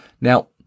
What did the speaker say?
Now